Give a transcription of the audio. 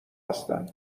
هستن